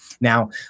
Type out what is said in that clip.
Now